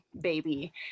baby